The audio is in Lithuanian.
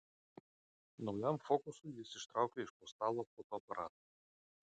naujam fokusui jis ištraukė iš po stalo fotoaparatą